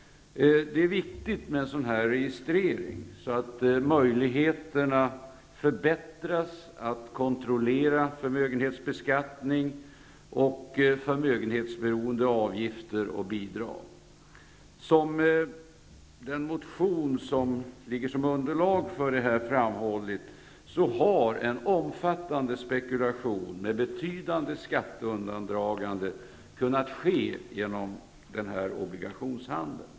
Det är viktigt med en sådan här registrering, så att möjligheterna förbättras att kontrollera förmögenhetsbeskattning och förmögenhetsberoende avgifter och bidrag. Som har framhållits i en motion som utgör underlag för detta ärende, har en omfattande spekulation med betydande skatteundandragande kunnat ske genom denna obligationshandel.